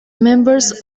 members